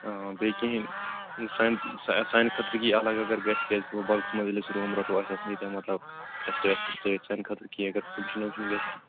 بیٚیہَ کیٚنٛہہ یُس سانہِ سانہِ خٲطرٕ یہِ اَلگ اَگر گَژھِ تِکیٛازِ کہِ بَلکَس منٛز ییٚلہِ أسۍ روٗم رَٹو اَسہِ حظ نیی تِم مطلب ٹیٚسٹٕس ویٚسٹٕس سٍتۍ سانہِ خٲطرٕ اَگر فنٛگشَن ونٛگشُن گَژھِ کیٚنٛہہ